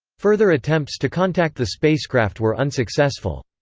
further attempts to contact the spacecraft were unsuccessful.